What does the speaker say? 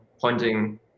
pointing